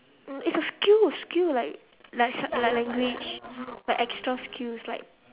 um it's a skill skill like like sign like language like extra skills like